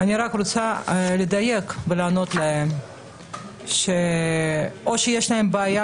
אני רוצה לדייק ולענות להם שאו שיש להם בעיה